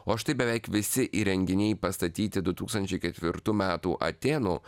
o štai beveik visi įrenginiai pastatyti du tūkstančiai ketvirtų metų atėnų